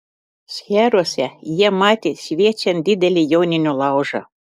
šcheruose jie matė šviečiant didelį joninių laužą